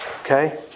Okay